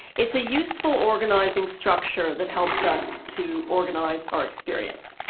it's a useful organizing structure that helps us to organize our experience.